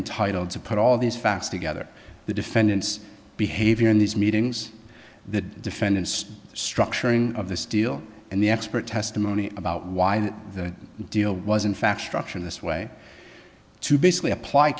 entitled to put all these fast together the defendants behavior in these meetings the defendant structuring of this deal and the expert testimony about why that the deal was in fact structureless way to basically appl